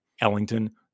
Ellington